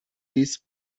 these